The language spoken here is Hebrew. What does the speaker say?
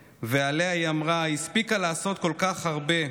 ועליה היא אמרה: "היא הספיקה לעשות כל כך הרבה,